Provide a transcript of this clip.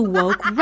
woke